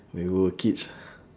when we were kids